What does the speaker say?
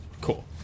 Cool